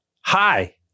hi